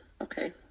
okay